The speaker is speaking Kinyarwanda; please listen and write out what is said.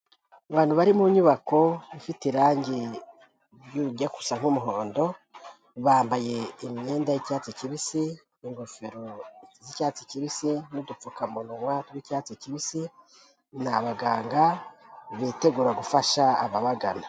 Abantu bari mu nyubako ifite irangi rijya gusa nk'umuhondo, bambaye imyenda y'icyatsi kibisi, n'ingofero z'icyatsi kibisi, n'udupfukamunwa tw'icyatsi kibisi, ni abaganga bitegura gufasha ababagana.